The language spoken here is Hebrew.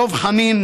דב חנין,